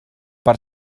per